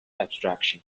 abstraction